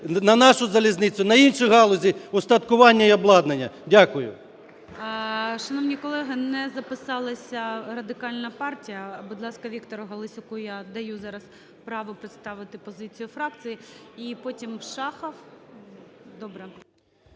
на нашу залізницю, на інші галузі устаткування і обладнання. Дякую. ГОЛОВУЮЧИЙ. Шановні колеги, не записалася Радикальна партія. Будь ласка, ВікторуГаласюку я даю зараз право представити позицію фракції і потім Шахов. Добре.